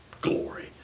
glory